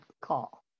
call